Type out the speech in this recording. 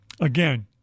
Again